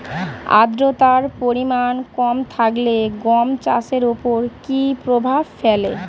আদ্রতার পরিমাণ কম থাকলে গম চাষের ওপর কী প্রভাব ফেলে?